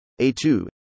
A2